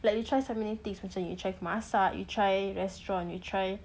like you try so many things macam you try masak you try restaurant